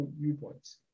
viewpoints